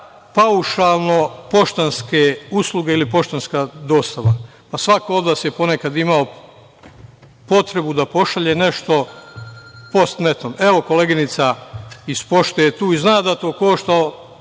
paušalno poštanske usluge ili poštanska dostava. Pa, svako od vas je ponekad imao potrebu da pošalje nešto post-netom. Evo, koleginica iz Pošte je tu i zna da to košta